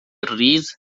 ریز